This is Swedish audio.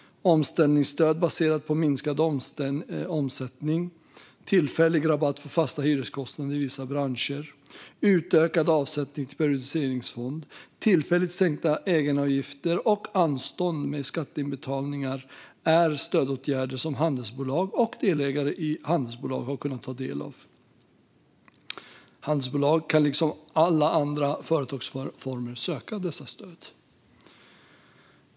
Omställningsstöd baserat på minskad omsättning, tillfällig rabatt för fasta hyreskostnader i vissa branscher, utökad avsättning till periodiseringsfond, tillfälligt sänkta egenavgifter och anstånd med skatteinbetalningar är stödåtgärder som handelsbolag och delägare i handelsbolag har kunnat ta del av. Handelsbolag kan liksom alla andra företagsformer söka dessa stöd.